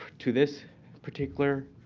to this particular